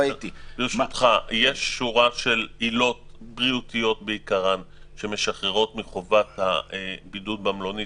יש שורה של עילות בריאותיות שמשחררות מחובת הבידוד במלונית.